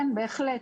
כן, כן בהחלט.